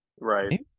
Right